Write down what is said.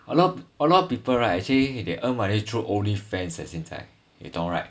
a lot a lot of people right actually they earn money through OnlyFans eh 现在你懂 right